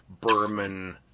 Berman